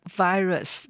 virus